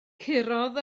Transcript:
curodd